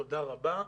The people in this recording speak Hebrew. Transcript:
תודה רבה.